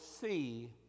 see